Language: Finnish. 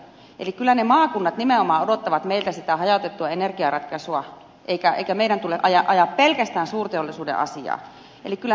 kyllä ne maakunnat nimenomaan odottavat meiltä sitä hajautettua energiaratkaisua eikä meidän tule ajaa pelkästään suurteollisuuden asiaa